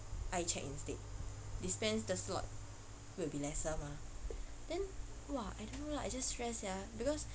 eye check instead dispense the slot would be lesser mah then !wah! I don't know lah I just stressed sia because